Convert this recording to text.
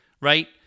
right